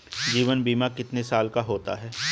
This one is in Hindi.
जीवन बीमा कितने साल का होता है?